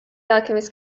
alchemist